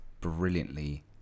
brilliantly